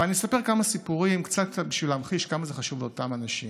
אני אספר כמה סיפורים קצת קצת בשביל להמחיש כמה זה חשוב לאותם אנשים.